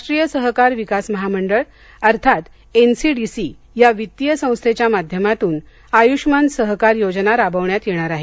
राष्ट्रीय सहकार विकास महामंडळ अर्थात एनसीडीसी या वित्तीय संस्थेच्या माध्यमातून आयुष्मान सहकार योजना राबवण्यात येणार आहे